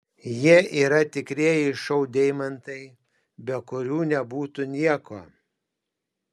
jie yra tikrieji šou deimantai be kurių nebūtų nieko